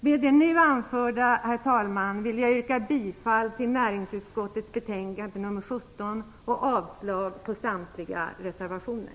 Med det nu anförda, herr talman, vill jag yrka bifall till hemställan i näringsutskottets betänkande nr